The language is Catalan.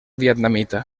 vietnamita